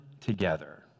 together